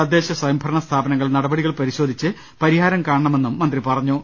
തദ്ദേൾ സ്വയംഭരണ സ്ഥാപനങ്ങൾ നടപടികൾ പരിശോധിച്ച് പരിഹാരം കാണണമെന്നും മന്ത്രി പറഞ്ഞു